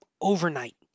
overnight